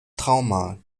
trauma